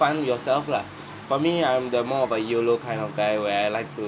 fund yourself lah for me I'm the more of a YOLO kind of guy where I like to